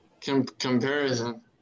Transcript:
comparison